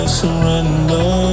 surrender